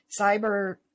cyber